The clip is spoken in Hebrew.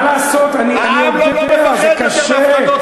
מה לעשות, אני יודע, זה קשה.